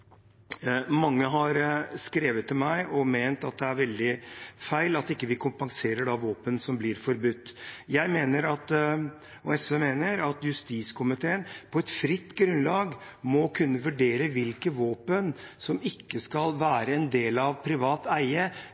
Mange har skrevet til meg og ment at det er veldig feil at vi ikke kompenserer våpen som blir forbudt. Jeg og SV mener at justiskomiteen på et fritt grunnlag må kunne vurdere hvilke våpen som ikke skal være en del av privat eie,